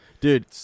Dude